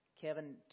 Kevin